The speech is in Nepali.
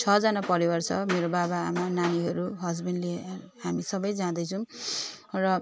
छजना परिवार छ मेरो बाबा आमा नानीहरू हस्बेन्डले हामी सबै जाँदैछौँ र